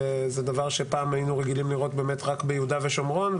זה דבר שפעם היינו רגילים לראות באמת רק ביהודה ושומרון,